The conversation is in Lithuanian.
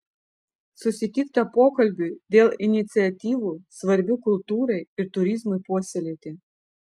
susitikta pokalbiui dėl iniciatyvų svarbių kultūrai ir turizmui puoselėti